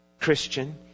christian